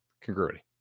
Congruity